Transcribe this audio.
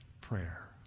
prayer